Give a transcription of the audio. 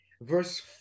verse